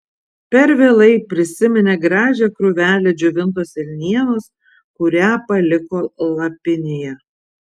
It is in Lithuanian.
per vėlai prisiminė gražią krūvelę džiovintos elnienos kurią paliko lapinėje